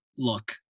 Look